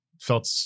felt